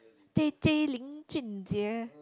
j_j-Lin Jun Jie